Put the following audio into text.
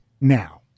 now